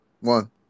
One